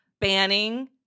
banning